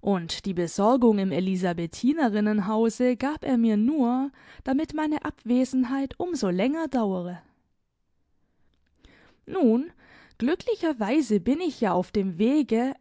und die besorgung im elisabethinerinnenhause gab er mir nur damit meine abwesenheit umso länger dauere nun glücklicherweise bin ich ja auf dem wege